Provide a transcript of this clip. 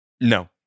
No